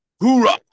hoorah